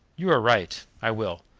you are right i will.